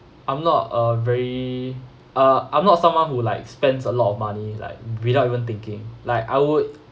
I'm not a very uh I'm not someone who like spends a lot of money like without even thinking like I would